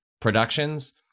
productions